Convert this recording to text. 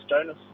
Jonas